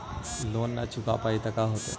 Loan न चुका पाई तब का होई?